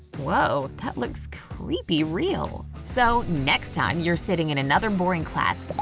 woah! that looks creepy real! so next time you're sitting in another boring class, but